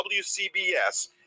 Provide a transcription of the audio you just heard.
WCBS